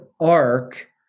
arc